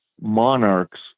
monarchs